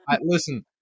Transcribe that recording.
listen